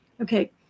Okay